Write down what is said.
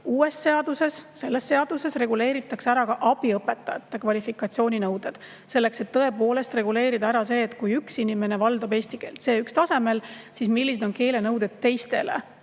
ei ole. Uues seaduses reguleeritakse ära ka abiõpetajate kvalifikatsiooninõuded, selleks et tõepoolest reguleerida ära see, et kui üks inimene valdab eesti keelt C1‑tasemel, siis millised on keelenõuded